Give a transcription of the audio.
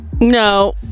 No